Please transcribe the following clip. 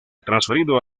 transferido